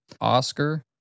Oscar